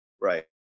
right